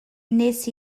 wnes